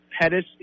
Pettis